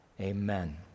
Amen